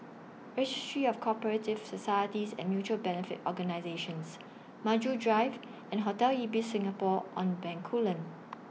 Registry of Co Operative Societies and Mutual Benefit Organisations Maju Drive and Hotel Ibis Singapore on Bencoolen